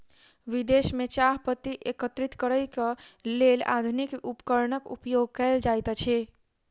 विदेश में चाह पत्ती एकत्रित करैक लेल आधुनिक उपकरणक उपयोग कयल जाइत अछि